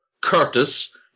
Curtis